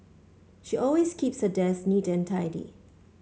she always keeps her desk neat and tidy